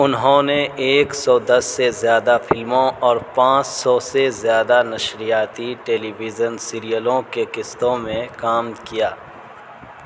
انہوں نے ایک سو دس سے زیادہ فلموں اور پانچ سو سے زیادہ نشریاتی ٹیلی ویژن سیریلوں کے قسطوں میں کام کیا